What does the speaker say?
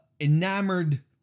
enamored